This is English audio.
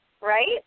right